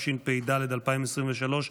התשפ"ד 2023,